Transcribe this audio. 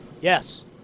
Yes